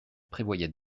prévoyait